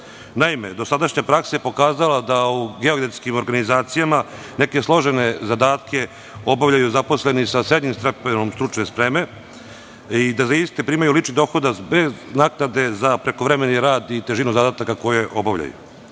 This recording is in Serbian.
Naime, dosadašnja praksa je pokazala da u geodetskim organizacijama neke složene zadatke obavljaju zaposleni sa srednjim stepenom stručne spreme i da za isti primaju lični dohodak bez naknade za prekovremeni rad i težinu zadataka koje obavljaju. Novim